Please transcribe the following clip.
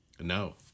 No